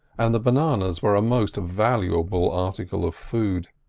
and the bananas were a most valuable article of food.